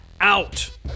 out